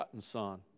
son